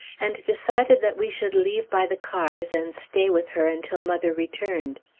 and decided that we should leave by the cars, and stay with her until mother returned.